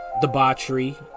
debauchery